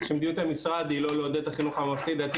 שמדיניות המשרד היא לא לעודד את החינוך הממלכתי-דתי.